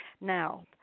Now